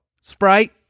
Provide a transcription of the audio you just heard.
Sprite